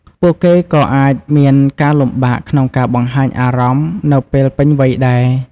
ពួកគេក៏អាចមានការលំបាកក្នុងការបង្ហាញអារម្មណ៍នៅពេលពេញវ័យដែរ។